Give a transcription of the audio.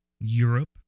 Europe